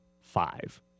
five